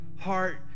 heart